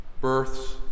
births